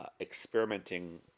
experimenting